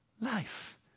life